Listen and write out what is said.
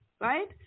right